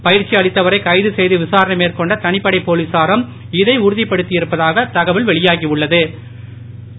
பயிற்சி அளித்தவரை கைது செய்து விசாரணை மேற்கொண்ட தனிப்படைப் போலீசாரும் இதை உறுதிப்படுத்தி இருப்பதாக தகவல் வெளியாகியுள்ள து